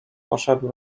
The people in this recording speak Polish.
poszedł